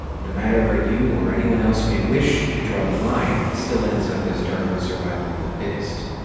no matter where you or anyone else may wish to draw the line, it still ends up as darwin's survival of the fittest.